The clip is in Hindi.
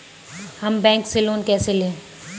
हम बैंक से लोन कैसे लें?